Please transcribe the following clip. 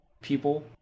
people